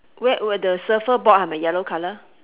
wait were the surfer board hai mai yellow colour